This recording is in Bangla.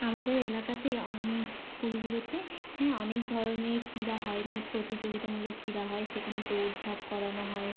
আমাদের এলাকাতে অন স্কুলগুলোতে হ্যাঁ অনেক ধরনের ক্রীড়া হয় মানে প্রতিযোগিতামূলক ক্রীড়া হয় সেখানে দৌড়ঝাঁপ করানো হয়